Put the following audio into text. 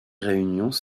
réunions